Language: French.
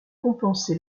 compensé